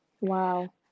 Wow